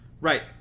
Right